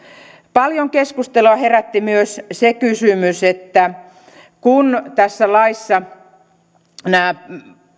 paljon keskustelua herätti myös se kysymys että kun tässä laissa nämä